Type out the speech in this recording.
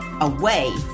away